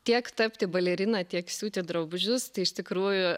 tiek tapti balerina tiek siūti drabužius tai iš tikrųjų